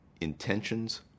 intentions